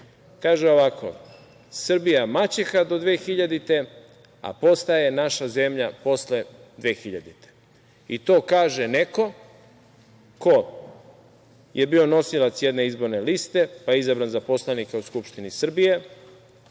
Kaže ovako – Srbija mađeha do 2000. godine, a postaje naša zemlja posle 2000. I to kaže neko ko je bio nosilac jedne izborne liste, pa je izabran za poslanika u Skupštini Srbije,